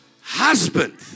husband